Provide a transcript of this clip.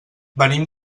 venim